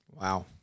Wow